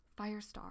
Firestar